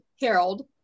Harold